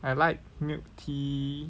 I like milk tea